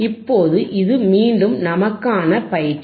இப்போது இது மீண்டும் நமக்கான பயிற்சி